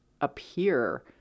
appear